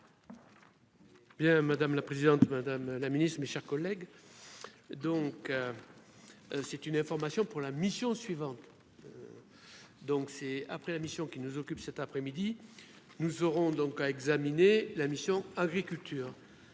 madame la présidente, Madame la Ministre, mes chers collègues, donc c'est une information pour la mission suivante, donc c'est après la mission qui nous occupe, cet après-midi, nous aurons donc à examiner la mission Agriculture